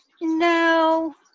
No